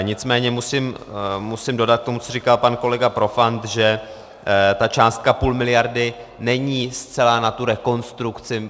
Nicméně musím dodat k tomu, co říkal pan kolega Profant, že ta částka půl miliardy není zcela na tu rekonstrukci.